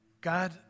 God